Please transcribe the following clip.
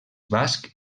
basc